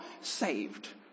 saved